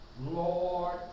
Lord